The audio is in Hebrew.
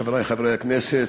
חברי חברי הכנסת,